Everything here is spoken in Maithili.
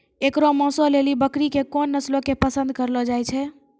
एकरो मांसो लेली बकरी के कोन नस्लो के पसंद करलो जाय छै?